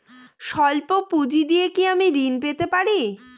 সল্প পুঁজি দিয়ে কি আমি ঋণ পেতে পারি?